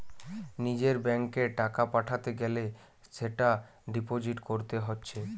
নিজের ব্যাংকে টাকা পাঠাতে গ্যালে সেটা ডিপোজিট কোরতে হচ্ছে